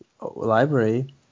Library